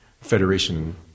Federation